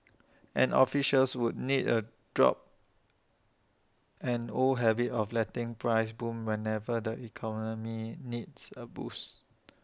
and officials would need A drop an old habit of letting prices boom whenever the economy needs A boost